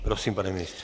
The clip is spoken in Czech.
Prosím, pane ministře.